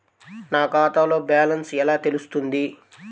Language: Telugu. నా ఖాతాలో బ్యాలెన్స్ ఎలా తెలుస్తుంది?